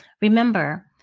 Remember